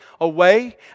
away